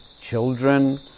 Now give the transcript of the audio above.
children